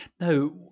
Now